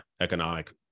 economic